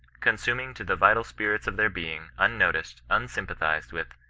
consuming to the vital spirits of their being, unnoticed, unsympathized with,